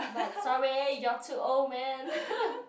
but sorry you're too old man